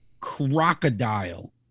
crocodile